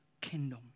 kingdom